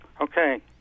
Okay